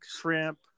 shrimp